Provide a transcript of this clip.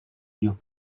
you